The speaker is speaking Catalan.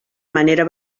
manera